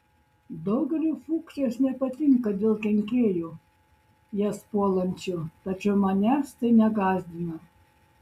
daugeliui fuksijos nepatinka dėl kenkėjų jas puolančių tačiau manęs tai negąsdina